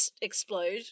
explode